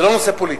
זה לא נושא פוליטי.